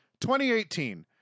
2018